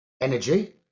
energy